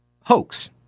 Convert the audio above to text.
hoax